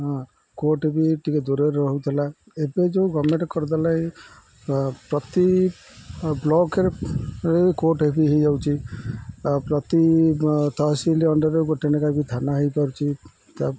ହଁ କୋର୍ଟ ବି ଟିକେ ଦୂରରେ ରହୁଥିଲା ଏବେ ଯେଉଁ ଗଭର୍ଣ୍ଣମେଣ୍ଟ୍ କରିଦେଲା ଏ ପ ପ୍ରତି ବ୍ଲକରେ କୋର୍ଟ ବି ହେଇଯାଉଛି ଆଉ ପ୍ରତି ତହସିଲ ଅଣ୍ଡରରେ ଗୋଟେ ଲେଖା ବି ଥାନା ହେଇପାରୁଛି ତା